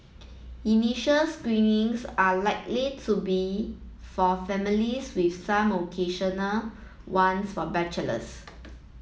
initial screenings are likely to be for families with some occasional ones for bachelors